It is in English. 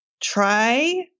try